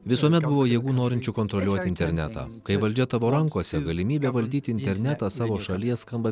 visuomet buvo jėgų norinčių kontroliuot internetą kai valdžia tavo rankose galimybė valdyti internetą savo šalies skamba